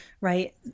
right